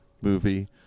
movie